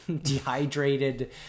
dehydrated